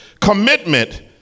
commitment